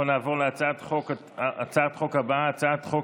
אנחנו נעבור להצעת החוק הבאה הצעת חוק